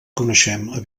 coneixem